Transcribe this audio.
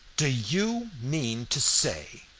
do you mean to say,